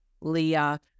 Leah